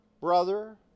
brother